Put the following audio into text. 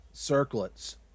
circlets